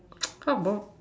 how about